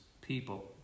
people